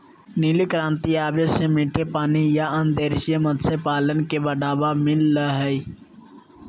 नीली क्रांति आवे से मीठे पानी या अंतर्देशीय मत्स्य पालन के बढ़ावा मिल लय हय